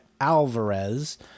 Alvarez